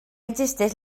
existeix